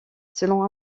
selon